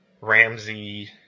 Ramsey